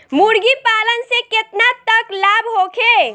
मुर्गी पालन से केतना तक लाभ होखे?